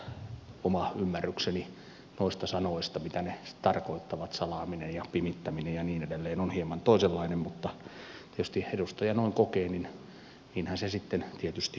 voi olla että oma ymmärrykseni noista sanoista mitä ne tarkoittavat salaaminen ja pimittäminen ja niin edelleen on hieman toisenlainen mutta jos edustaja noin kokee niin niinhän se sitten tietysti on